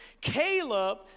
Caleb